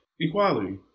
equality